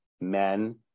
men